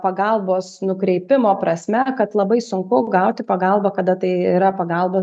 pagalbos nukreipimo prasme kad labai sunku gauti pagalbą kada tai yra pagalba